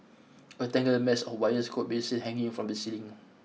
a tangled mess of wires could be seen hanging from the ceiling